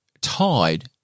tied